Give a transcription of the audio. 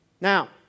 Now